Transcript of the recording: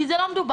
כי זה לא מדובר.